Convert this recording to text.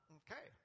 okay